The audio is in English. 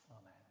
Amen